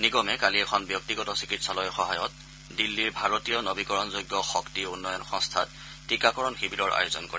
নিগমে কালি এখন ব্যক্তিগত চিকিৎসালয়ৰ সহায়ত দিল্লীৰ ভাৰতীয় নৱীকৰণযোগ্য শক্তি উন্নয়ন সংস্থাত টিকাকৰণ শিবিৰৰ আয়োজন কৰে